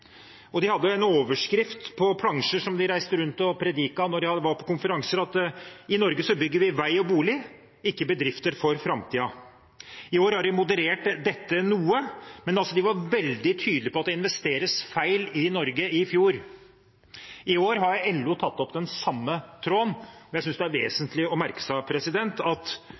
og de hadde en overskrift på plansjer, som de reiste rundt og prediket når de var på konferanser, om at vi i Norge bygger vei og bolig, ikke bedrifter for framtiden. I år har de moderert dette noe, men i fjor var de veldig tydelig på at det ble investert feil i Norge. I år har LO tatt opp den samme tråden. Jeg synes det er vesentlig å merke seg at